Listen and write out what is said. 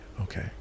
okay